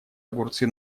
огурцы